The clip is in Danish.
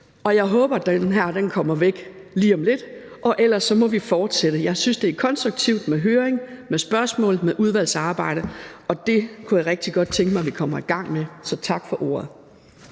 jeg håber, at den her kommer væk lige om lidt, og ellers må vi fortsætte. Jeg synes, det er konstruktivt med en høring, med spørgsmål, med udvalgsarbejde. Det kunne jeg rigtig godt tænke mig at vi kommer i gang med. Så tak for ordet.